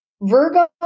Virgo